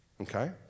okay